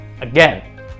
Again